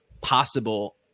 possible